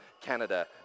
Canada